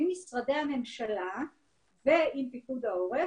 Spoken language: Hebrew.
ממשרדי הממשלה ועם פיקוד העורף,